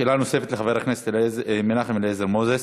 שאלה נוספת לחבר הכנסת מנחם אליעזר מוזס.